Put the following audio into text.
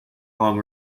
long